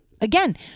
Again